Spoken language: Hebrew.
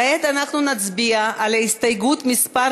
כעת נצביע על הסתייגות מס'